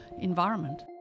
environment